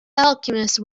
alchemist